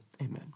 Amen